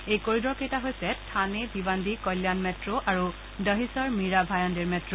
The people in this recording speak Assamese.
এই কৰিডৰকেইটা হৈছে থানে ভিৱান্দি কল্যাণ মেট্ আৰু দহিচৰ মিৰা ভায়াণ্ডেৰ মেট্